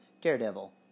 Daredevil